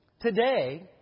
today